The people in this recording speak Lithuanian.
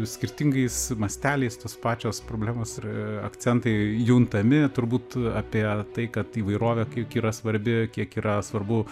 skirtingais masteliais tos pačios problemos ir akcentai juntami turbūt apie tai kad įvairovė kiek yra svarbi kiek yra svarbu